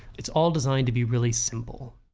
it's all designed to be really simple